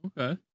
Okay